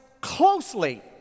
closely